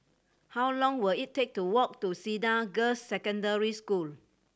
how long will it take to walk to Cedar Girls' Secondary School